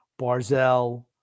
Barzell